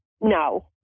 no